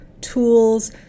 tools